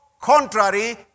contrary